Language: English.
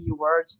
keywords